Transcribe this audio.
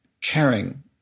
caring